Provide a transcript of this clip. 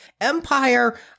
Empire